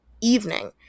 evening